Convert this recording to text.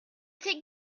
take